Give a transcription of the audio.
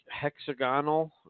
hexagonal